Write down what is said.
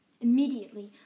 Immediately